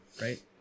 right